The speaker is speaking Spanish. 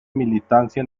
militancia